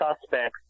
suspects